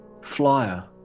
Flyer